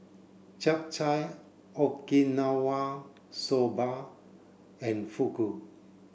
Japchae Okinawa soba and Fugu